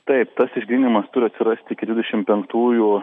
taip tas išgryninimas turi atsirasti iki dvidešim penktųjų